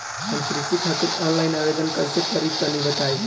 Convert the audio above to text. हम कृषि खातिर आनलाइन आवेदन कइसे करि तनि बताई?